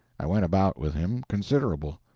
i went about with him, considerable.